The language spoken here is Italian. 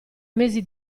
mesi